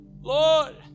Lord